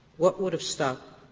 what would have stopped